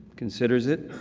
considers it,